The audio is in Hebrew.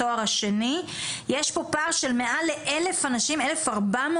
תואר שני יש פה פער של 1,400 איש.